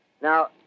Now